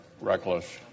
reckless